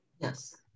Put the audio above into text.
Yes